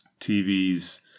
TVs